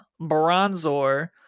Bronzor